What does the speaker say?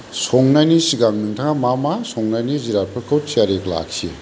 संनायनि सिगां नोंथांआ मा मा संनायनि जिरादफोरखौ थियारि लाखियो